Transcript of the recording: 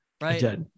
right